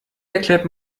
erklärt